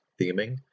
theming